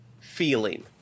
feeling